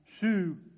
shoe